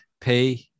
pay